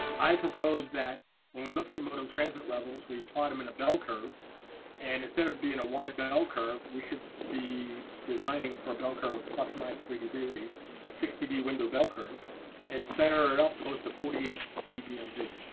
i propose that when we look at modem transmit levels we plot them in a bell curve and instead of being a wide bell curve we should be designing for a bell curve of plus minus three db a six db window bell curve and center it up close to forty eight db mb for